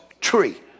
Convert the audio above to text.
tree